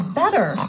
better